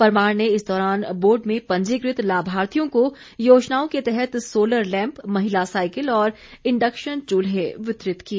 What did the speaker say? परमार ने इस दौरान बोर्ड में पंजीकृत लाभार्थियों को योजनाओं के तहत सोलर लैम्प महिला साईकिल और इंडक्शन चूल्हे वितरित किए